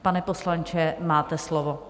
Pane poslanče, máte slovo.